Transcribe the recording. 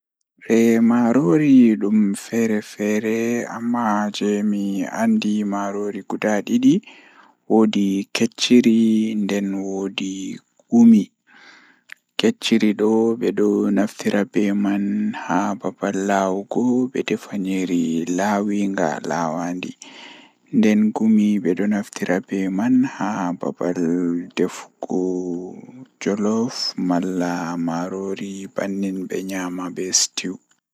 Mashin waawataa waɗde zaane, Kono zaane ko waɗal ɓuri haɓugol e neɗɗo, Sabu art woodani kaɓe njogorde e hakkilagol neɗɗo. Mashinji waawataa ɓe njikkita, Wawanɗe ngoodi e faama ɗi waɗi, Kono ɗuum no waawi heɓde gollal heɓugol e moƴƴi, E njogordi ɗi waɗa ɗi semmbugol. Ko art waɗata goɗɗum ngol, Waɗa e ɗuum fota ko waɗde hakkiɗe.